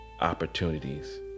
opportunities